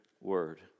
word